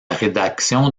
rédaction